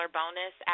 bonus